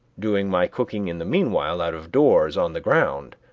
doing my cooking in the meanwhile out of doors on the ground,